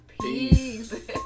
peace